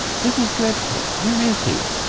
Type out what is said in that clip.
this is dreadful! where is he?